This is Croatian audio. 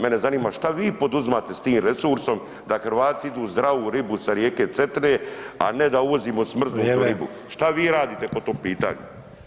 Mene zanima šta vi poduzimate s tim resursom da Hrvati idu zdravu ribu sa rijeke Cetine, a ne da uvozimo smrznutu [[Upadica: Vrijeme]] ribu, šta vi radite po tom pitanju?